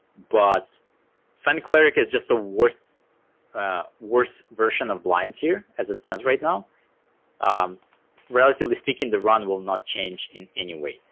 but fang cleric is just the worst ah worst a version of blinds seer as it stands right now um relatively speaking, the run will not change in any way,